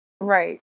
Right